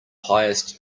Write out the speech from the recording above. highest